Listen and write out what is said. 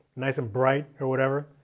nice and bright or whatever,